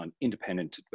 independent